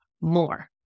more